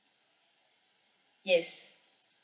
yes